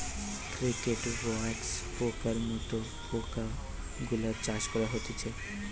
cricket, wax পোকার মত পোকা গুলার চাষ করা হতিছে